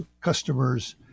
customers